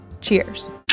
Cheers